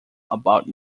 about